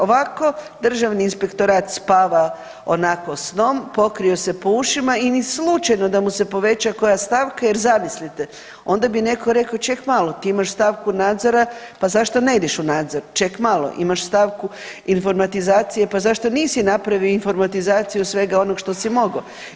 Ovako Državni inspektorat spava onako snom, pokrio se po ušima i ni slučajno da mu se poveća koja stavka, jer zamislite, onda bi netko rekao ček malo ti imaš stavku nadzora pa zašto ne ideš u nadzor, ček malo imaš stavku informatizacije pa zašto nisi napravio informatizaciju svega onog što si mogao.